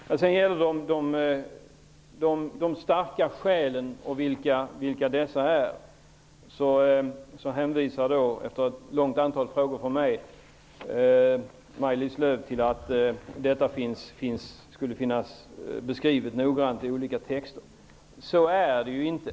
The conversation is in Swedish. När det sedan gäller vilka de starka skälen är hänvisar Maj-Lis Lööw, efter ett stort antal frågor från mig, till att de skulle finnas noggrant beskrivna i olika texter. Så är det ju inte.